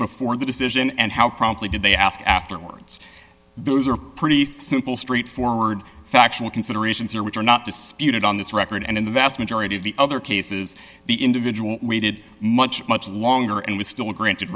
before the decision and how promptly did they ask afterwards those are pretty simple straightforward factual considerations are which are not disputed on this record and in the vast majority of the other cases the individual we did much much longer and was still granted